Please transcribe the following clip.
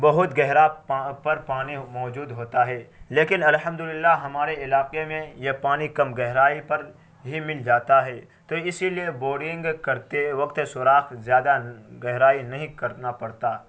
بہت گہرا پر پانی موجود ہوتا ہے لیکن الحمد للہ ہمارے علاقے میں یہ پانی کم گہرائی پر ہی مل جاتا ہے تو اسی لیے بوررنگ کرتے وقت سوراخ زیادہ گہرائی نہیں کرنا پڑتا